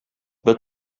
bud